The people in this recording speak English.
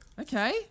Okay